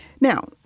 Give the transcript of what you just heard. Now